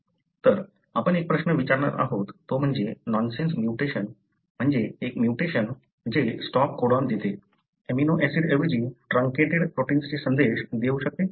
तर आपण एक प्रश्न विचारणार आहोत तो म्हणजे नॉनसेन्स म्युटेशन म्हणजे एक म्युटेशन जे स्टॉप कोडॉन देते एमिनो ऍसिडऐवजी ट्रांकेटेड प्रोटिन्सचे संदेश देऊ शकते